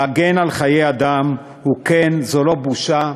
להגן על חיי אדם, וכן, זו לא בושה,